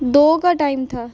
दो का टाइम था